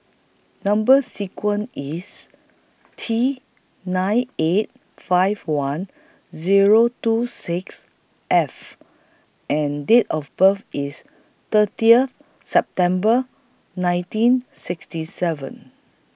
Number sequence IS T nine eight five one Zero two six F and Date of birth IS thirtieth September nineteen sixty seven